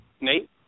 Nate